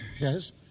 yes